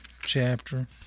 chapter